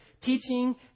teaching